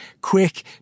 quick